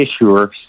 issuer